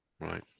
Right